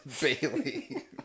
Bailey